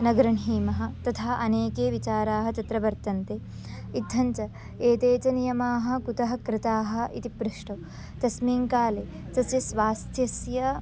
न गृह्णीमः तथा अनेके विचाराः तत्र वर्तन्ते इत्थं च एते च नियमाः कुतः कृताः इति पृष्टे तस्मिन् काले तस्य स्वास्थ्यस्य